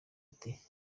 ati